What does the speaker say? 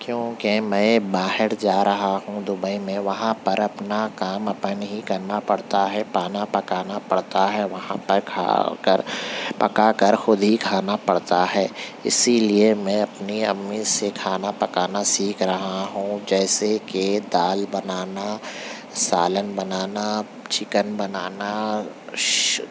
کیونکہ میں باہر جا رہا ہوں دبئی میں وہاں پر اپنا کام اپن ہی کرنا پڑتا ہے پانا پکانا پڑتا ہے وہاں پر کھا کر پکا کر خود ہی کھانا پڑتا ہے اسی لیے میں اپنی امی سے کھانا پکانا سیکھ رہا ہوں جیسے کہ دال بنانا سالن بنانا چکن بنانا